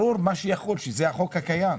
ברור שמה שיחול זה החוק הקיים,